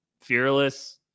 fearless